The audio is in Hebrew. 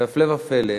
והפלא ופלא,